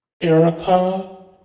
Erica